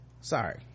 sorry